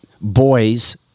boys